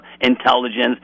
intelligence